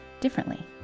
differently